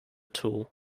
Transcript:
tool